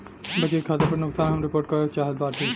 बचत खाता पर नुकसान हम रिपोर्ट करल चाहत बाटी